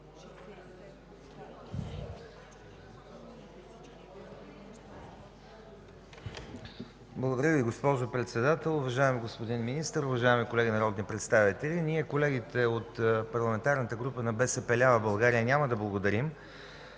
Благодаря Ви, госпожо Председател. Уважаеми господин Министър, уважаеми колеги народни представители! Колегите от Парламентарната група на „БСП лява България” няма да благодарим,